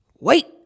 Wait